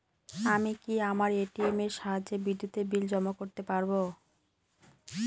আমি কি আমার এ.টি.এম এর সাহায্যে বিদ্যুতের বিল জমা করতে পারব?